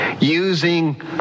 using